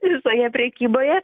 visoje prekyboje